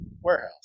warehouse